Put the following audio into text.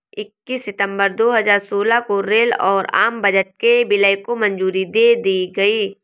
इक्कीस सितंबर दो हजार सोलह को रेल और आम बजट के विलय को मंजूरी दे दी गयी